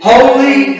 Holy